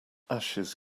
ashes